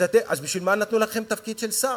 אז בשביל מה נתנו לכם תפקיד של שר,